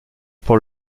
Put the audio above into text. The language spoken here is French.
pour